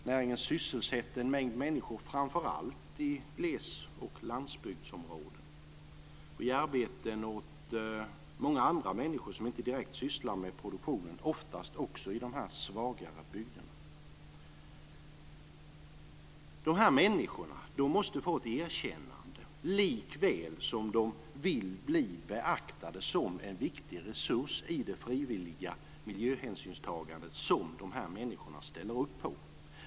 Näringen sysselsätter en mängd människor, framför allt i glesbygden och i landsbygdsområden, och ger arbeten åt många andra människor som inte direkt sysslar med produktionen, oftast i de svagare bygderna. Dessa människor måste få ett erkännande likväl som de vill bli beaktade som en viktig resurs i det frivilliga miljöhänsynstagandet som de här människorna ställer upp på.